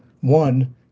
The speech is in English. one